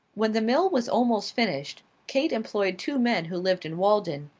when the mill was almost finished kate employed two men who lived in walden,